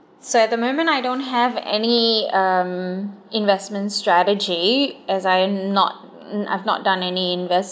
so at the moment I don't have any um investment strategy as I'm not I've not done any investments